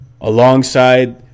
alongside